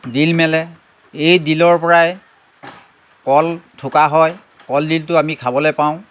ডিল মেলে এই ডিলৰ পৰাই কল থোকা হয় কলডিলটো আমি খাবলৈ পাওঁ